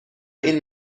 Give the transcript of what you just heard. این